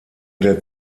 der